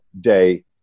day